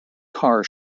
car